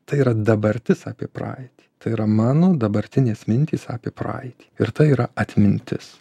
tai yra dabartis apie praeitį tai yra mano dabartinės mintys apie praeitį ir tai yra atmintis